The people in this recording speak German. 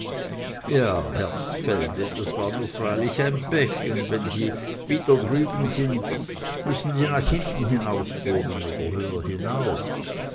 ja herbstfelde das war nu freilich ein pech und wenn sie wieder drüben sind müssen sie nach hinten hinaus wohnen oder höher hinauf